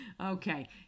Okay